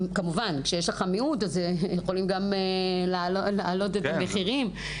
כמובן, שכשיש מעט אז יכולים להעלות את המחירים.